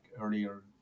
earlier